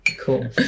Cool